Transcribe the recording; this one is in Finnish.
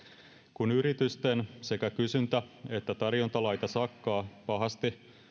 kun yritysten sekä kysyntä että tarjontalaita sakkaa pahasti